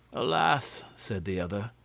alas! said the other,